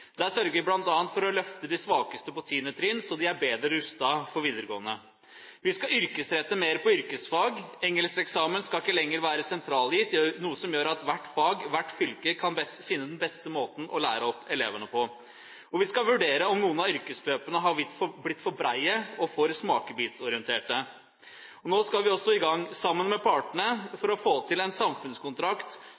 ungdomsskolemelding. Der sørger man bl.a. for å løfte de svakeste på 10. trinn, så de er bedre rustet for videregående. Vi skal yrkesrette mer på yrkesfag. Engelskeksamen skal ikke lenger være sentralgitt, noe som gjør at hvert fylke i hvert fag kan finne den beste måten å lære opp elevene på. Vi skal vurdere om noen av yrkesløpene har blitt for brede og for smakebitsorienterte. Nå skal vi også sammen med partene